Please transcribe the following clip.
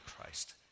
Christ